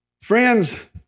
Friends